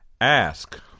Ask